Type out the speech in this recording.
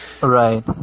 Right